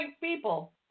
people